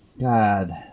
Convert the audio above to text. God